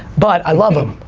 but i love em.